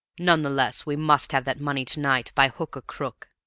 none the less we must have that money to-night by hook or crook.